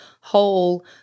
whole